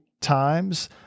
times